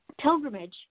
pilgrimage